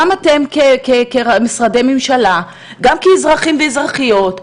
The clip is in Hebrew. גם אתם כמשרדי ממשלה, גם כאזרחים ואזרחיות.